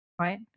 right